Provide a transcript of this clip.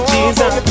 Jesus